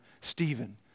Stephen